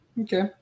Okay